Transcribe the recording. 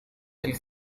del